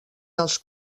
dels